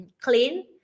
clean